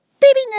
baby